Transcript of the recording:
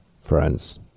Friends